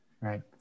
Right